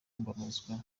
mbabazwa